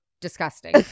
disgusting